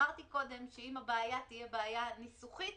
אמרתי קודם שאם הבעיה תהיה בעיה ניסוחית